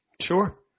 Sure